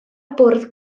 bwrdd